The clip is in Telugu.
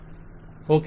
vendor okay